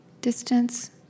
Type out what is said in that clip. distance